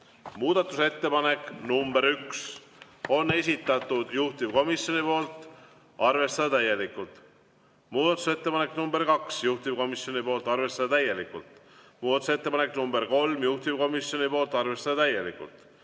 Muudatusettepaneku nr 1 on esitanud juhtivkomisjon, arvestada täielikult. Muudatusettepanek nr 2, juhtivkomisjonilt, arvestada täielikult. Muudatusettepanek nr 3, juhtivkomisjonilt, arvestada täielikult.